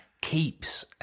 keeps